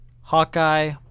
Hawkeye